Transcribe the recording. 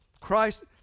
Christ